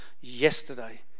yesterday